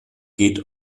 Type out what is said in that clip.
geht